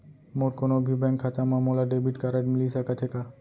मोर कोनो भी बैंक खाता मा मोला डेबिट कारड मिलिस सकत हे का?